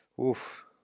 Oof